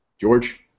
George